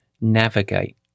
navigate